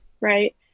right